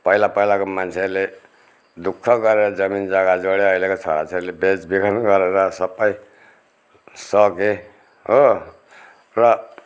पहिला पहिलाको मान्छेहरूले दुःख गरेर जमिन जग्गा जोडे अहिलेको छोरा छोरीले बेचबिखन गरेर सबै सके हो र